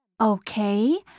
Okay